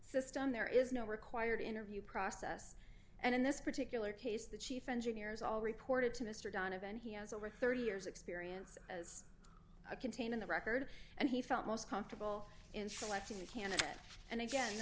system there is no required interview process and in this particular case the chief engineers all reported to mr donovan he has over thirty years experience as a contained in the record and he felt most comfortable in selecting a candidate and again the